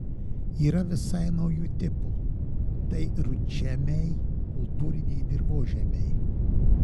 yra visai naujų tipų tai rudžemiai kultūriniai dirvožemiai